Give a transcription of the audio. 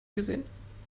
gesehen